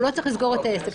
הוא לא צריך לסגור את העסק.